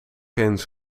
eens